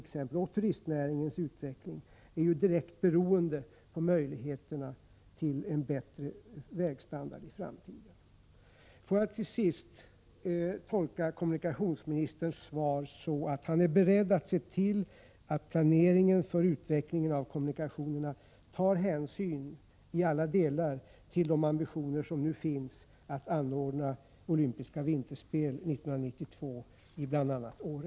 Skogsnäringens och turistnäringens utveckling är t.ex. direkt beroende av möjligheterna att få en bättre vägstandard i framtiden. Får jag till sist tolka kommunikationsministerns svar så, att han är beredd att se till att planeringen för utvecklingen av kommunikationerna i alla delar tar hänsyn till de ambitioner som nu finns att anordna olympiska vinterspel 1992 i bl.a. Åre?